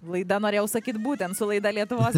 laida norėjau sakyt būtent su laida lietuvos